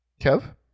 Kev